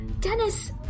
Dennis